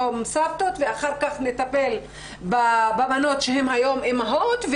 סבתות ואחר כך נטפל בבנות שהן היום אימהות,